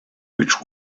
which